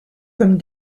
comme